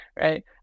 Right